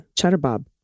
Chatterbob